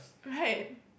right